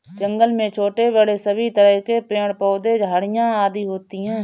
जंगल में छोटे बड़े सभी तरह के पेड़ पौधे झाड़ियां आदि होती हैं